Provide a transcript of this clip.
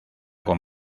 con